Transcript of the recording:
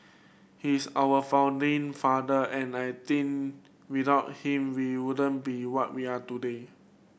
he is our founding father and I think without him we wouldn't be what we are today